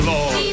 Lord